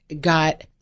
got